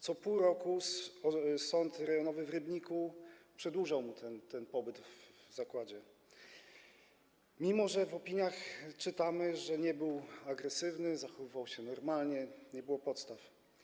Co pół roku Sąd Rejonowy w Rybniku przedłużał jego pobyt w zakładzie, mimo że w opiniach czytamy, że nie był agresywny, zachowywał się normalnie, nie było do tego podstaw.